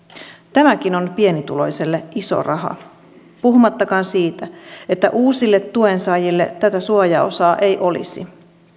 tämäkin on pienituloiselle iso raha puhumattakaan siitä että uusille tuensaajille tätä suojaosaa ei olisi